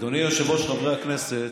אדוני היושב-ראש, חברי הכנסת,